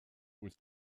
with